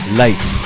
life